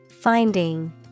Finding